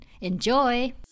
Enjoy